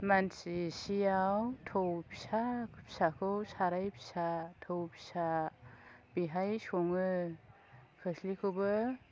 मानसि एसेयाव थौ फिसा फिसाखौ साराय फिसा थौ फिसा बेहाय सङो खोस्लिखौबो